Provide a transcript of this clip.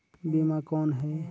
बीमा कौन है?